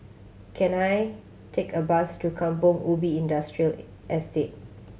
can I take a bus to Kampong Ubi Industrial Estate